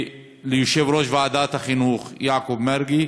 וליושב-ראש ועדת החינוך יעקב מרגי.